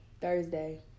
Thursday